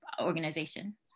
organization